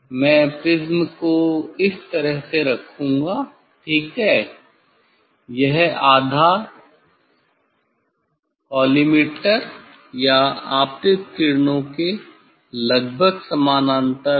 मैं प्रिज़्म को इस तरह से रखूँगा ठीक है यह आधार कॉलीमटोर या आपतित किरणों के लगभग समानांतर है